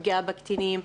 הפגיעה בקטינים,